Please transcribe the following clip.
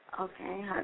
Okay